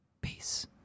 Peace